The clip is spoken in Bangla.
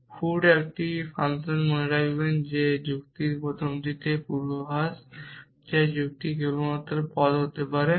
সুতরাং ফুট একটি ফাংশন মনে রাখবেন যে যুক্তির প্রথমটিতে পূর্বাভাস দেওয়ার যুক্তিটি কেবল পদ হতে পারে